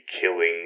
killing